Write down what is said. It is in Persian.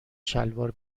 شلوار